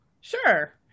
sure